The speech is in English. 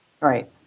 Right